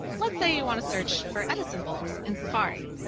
let's say you want to search for edison bulbs in safari.